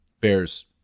bear's